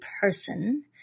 person